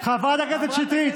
חברת הכנסת שטרית,